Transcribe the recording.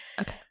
okay